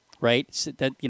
right